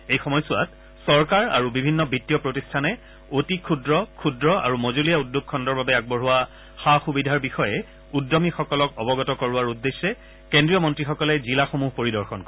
এই সময়ছোৱাত চৰকাৰ আৰু বিভিন্ন বিত্তীয় প্ৰতিষ্ঠানে অতি ক্ষুদ্ৰ ক্ষুদ্ৰ আৰু মজলীয়া উদ্যোগ খণ্ডৰ বাবে আগবঢ়োৱা সা সুবিধাৰ বিষয়ে উদ্যমীসকলক অৱগত কৰোৱাৰ উদ্দেশ্যে কেন্দ্ৰীয় মন্ত্ৰীসকলে জিলাসমূহ পৰিদৰ্শন কৰিব